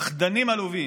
פחדנים עלובים.